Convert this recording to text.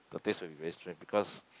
the taste will be very strange because